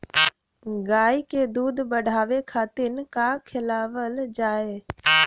गाय क दूध बढ़ावे खातिन का खेलावल जाय?